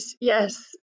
yes